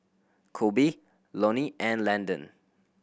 Kobe Lonnie and Landon